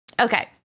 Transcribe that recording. Okay